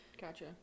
gotcha